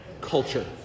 culture